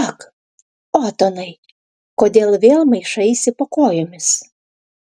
ak otonai kodėl vėl maišaisi po kojomis